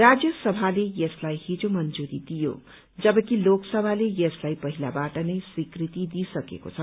राज्यसभाले यसलाई हिज मंजूरी दियो जबकि लोकसभाले यसलाई पहिलाबाट नै स्वीकृति दिइसकेको छ